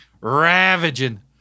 ravaging